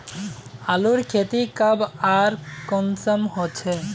आलूर खेती कब आर कुंसम होचे?